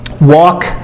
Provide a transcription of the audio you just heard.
Walk